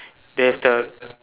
there is the